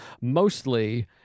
Mostly